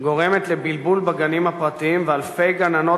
גורמת לבלבול בגנים הפרטיים ואלפי גננות